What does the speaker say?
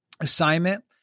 assignment